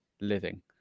living